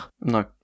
No